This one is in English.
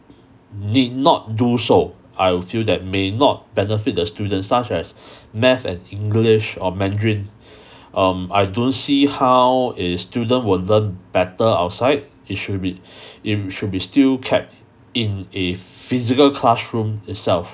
need not do so I will feel that may not benefit the students such as math and english or mandarin um I don't see how a student will learn better outside he should be it should be still kept in a physical classroom itself